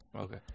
Okay